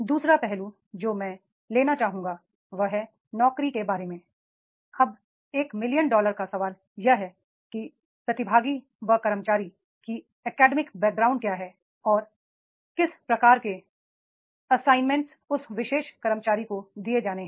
दू सरा पहलू जो मैं लेना चाहूंगा वह है नौकरी के बारे में अब एक मिलियन डॉलर का सवाल यह है कि प्रतिभागी व कर्मचारियों की एकेडमिक बैकग्राउंड क्या है और किस प्रकार के असाइनमेंट उस विशेष कर्मचारी को दिए जाने हैं